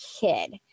kid